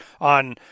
on